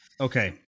okay